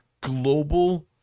global